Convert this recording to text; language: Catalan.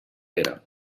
pere